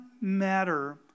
matter